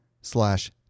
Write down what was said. slash